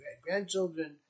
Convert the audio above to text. grandchildren